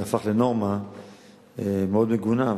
זה הפך לנורמה מאוד מגונה,